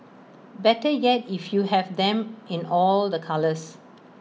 better yet if you have them in all the colours